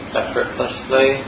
effortlessly